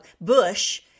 Bush